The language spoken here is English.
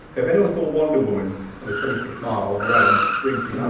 so if anyone saw wonder woman on the twenty fifth mile on her own sprinting,